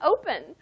open